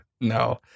No